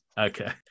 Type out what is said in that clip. Okay